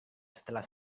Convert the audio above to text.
setelah